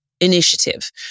initiative